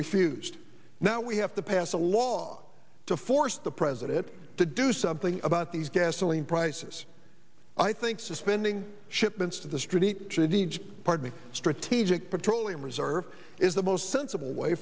refused now we have to pass a law to force the president to do something about these gasoline prices i think suspending shipments to the street that each part of the strategic petroleum reserve is the most sensible way